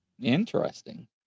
Interesting